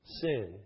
sin